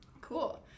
Cool